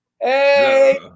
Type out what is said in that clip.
Hey